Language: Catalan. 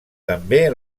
també